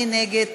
מי נגד?